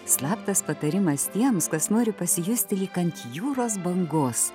slaptas patarimas tiems kas nori pasijusti lyg ant jūros bangos